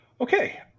Okay